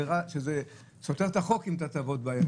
שזה סותר את החוק אם אתה תעבוד בימים האלה.